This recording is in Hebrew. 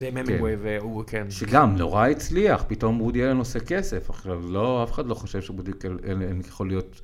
שגם נורא הצליח, פתאום אודי אלן עושה כסף, אבל לא, אף אחד לא חושב שאודי אלן יכול להיות.